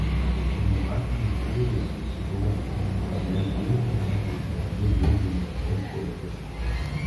pneumatiniai kūjai zoko sparne dvylika valandų dirgino ausies kaulelius